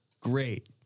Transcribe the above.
great